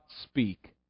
speak